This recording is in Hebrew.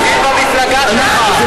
תתחיל במפלגה שלך שאומרת שזה לא טרור,